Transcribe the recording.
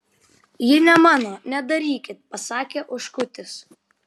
ji ne mano nedarykit pasakė oškutis